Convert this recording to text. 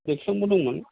देत्सुंबो दंमोन